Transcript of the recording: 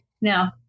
no